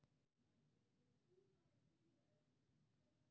पालक शीत ऋतु मे होइ छै, जे पाला सहि सकै छै, मुदा बेसी गर्मी नै सहि सकै छै